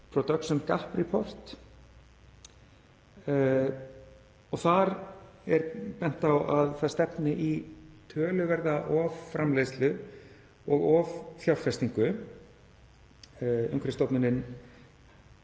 Production Gap Report. Þar er bent á að það stefni í töluverða offramleiðslu og offjárfestingu. Umhverfisstofnunin